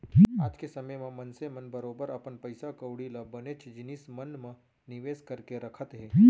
आज के समे म मनसे मन बरोबर अपन पइसा कौड़ी ल बनेच जिनिस मन म निवेस करके रखत हें